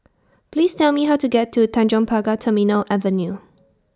Please Tell Me How to get to Tanjong Pagar Terminal Avenue